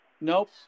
Nope